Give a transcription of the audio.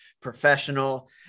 professional